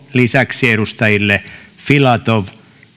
lisäksi edustajille filatov